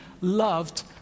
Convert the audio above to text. loved